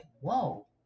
whoa